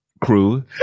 Crew